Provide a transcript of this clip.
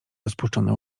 rozpuszczone